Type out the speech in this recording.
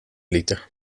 liter